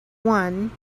one